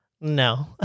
No